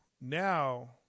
now